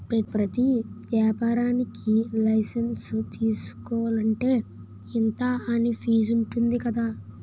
ప్రతి ఏపారానికీ లైసెన్సు తీసుకోలంటే, ఇంతా అని ఫీజుంటది కదా